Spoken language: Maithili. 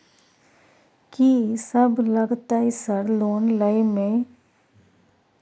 कि सब लगतै सर लोन लय में?